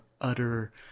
utter